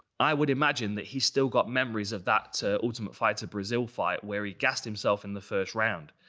i would imagine that he's still got memories of that ultimate fighter brazil fight where he gassed himself in the first round.